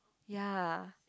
ya